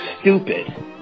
stupid